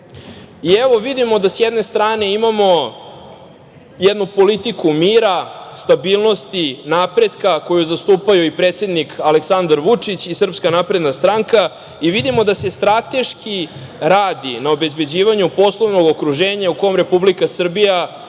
evo, vidimo da, sa jedne strane, imamo jednu politiku mira, stabilnosti, napretka koju zastupaju i predsednik Aleksandar Vučić i SNS i vidimo da se strateški radi na obezbeđivanju poslovnog okruženja u kom Republika Srbija